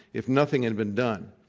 if nothing had been done,